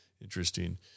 Interesting